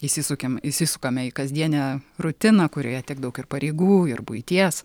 įsisukim įsisukame į kasdienę rutiną kurioje tiek daug ir pareigų ir buities